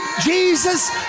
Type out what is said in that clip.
Jesus